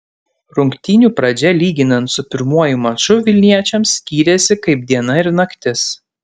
rungtynių pradžia lyginant su pirmuoju maču vilniečiams skyrėsi kaip diena ir naktis